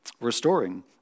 restoring